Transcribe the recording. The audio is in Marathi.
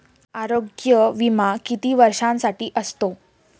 आरोग्य विमा किती वर्षांसाठी असतो?